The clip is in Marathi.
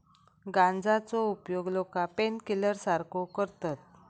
गांजाचो उपयोग लोका पेनकिलर सारखो करतत